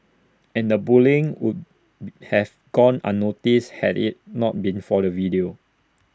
and the bullying would have gone unnoticed had IT not been for the video